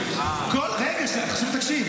--- רגע, עכשיו תקשיב.